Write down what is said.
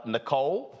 Nicole